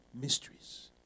mysteries